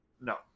no